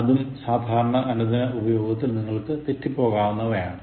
അതും സാധാരണ അനുദിന ഉപയോഗത്തിൽ നിങ്ങൾക്ക് തെറ്റിപ്പോകാവുന്നവയാണ്